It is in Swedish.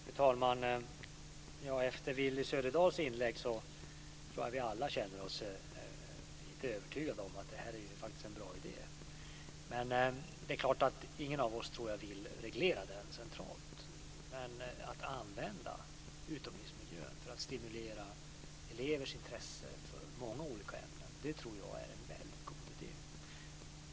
Fru talman! Efter Willy Söderdahls inlägg tror jag att vi alla känner oss lite övertygade om det här faktiskt är en bra idé, men jag tror inte att någon av oss vill reglera den centralt. Men att använda utomhusmiljön för att stimulera elevers intresse för många olika ämnen tror jag är en väldigt god idé.